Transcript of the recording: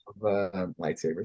lightsabers